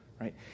right